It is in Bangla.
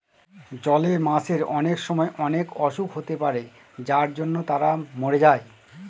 জলে মাছের অনেক সময় অনেক অসুখ হতে পারে যার জন্য তারা মরে যায়